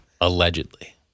Allegedly